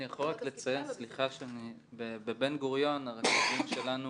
אני יכול רק לציין, בבן גוריון הרכזים שלנו